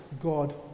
God